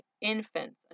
infants